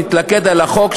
נתלכד על החוק,